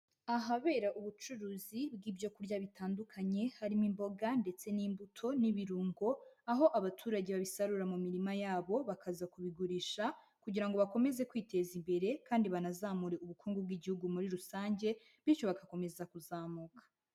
Ahabera ubucuruzi bw'ibyo kurya bitandukanye, harimo imboga ndetse n'imbuto n'ibirungo, aho abaturage babisarura mu mirima yabo bakaza kubigurisha kugira ngo bakomeze kwiteza imbere kandi banazamure ubukungu bw'Igihugu muri rusange bityo bagakomeza kuzamuka.